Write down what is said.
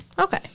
Okay